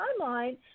timeline